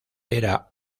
era